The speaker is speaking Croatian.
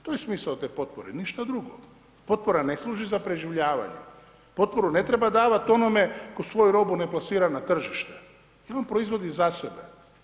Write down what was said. To je smisao te potpore ništa drugo, potpora ne služi za preživljavanje, potporu ne treba davat onome ko svoju robu ne plasira na tržište, jer on proizvodi za sebe.